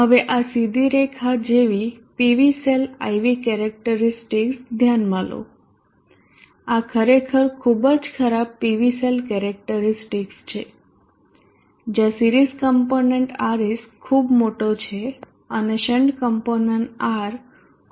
હવે આ સીધી રેખા જેવી PV cell I V characteristics ધ્યાનમાં લો આ ખરેખર ખૂબ જ ખરાબ PV સેલ કેરેક્ટરીસ્ટિકસ છે જ્યાં સિરીઝ કોમ્પોનન્ટ Rs ખૂબ મોટો છે અને શન્ટ કોમ્પોનન્ટ R ખૂબ જ ઓછો છે